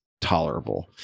tolerable